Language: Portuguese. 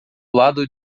lado